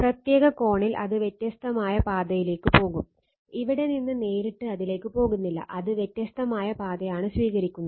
പ്രത്യേക കോണിൽ അത് വ്യത്യസ്തമായ പാതയിലേക്ക് പോകും ഇവിടെ നിന്ന് നേരിട്ട് അതിലേക്ക് പോകുന്നില്ല അത് വ്യത്യസ്തമായ പാതയാണ് സ്വീകരിക്കുന്നത്